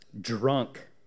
drunk